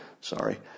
Sorry